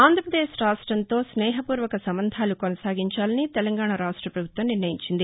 ఆంధ్ర ప్రదేశ్ రాష్ట్రంతో స్నేహ పూర్వక సంబంధాలు కొనసాగించాలని తెలంగాణ రాష్టపభుత్వం నిర్ణయించింది